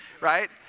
right